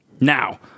Now